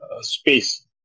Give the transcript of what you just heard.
space